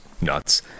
nuts